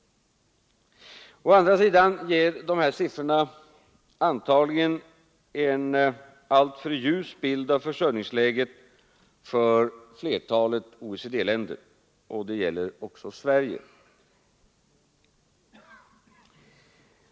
Å andra sidan ger dessa siffror antagligen en alltför ljus bild av försörjningsläget för flertalet OECD-länder, och det gäller också Sverige.